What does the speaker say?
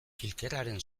kilkerraren